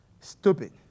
stupid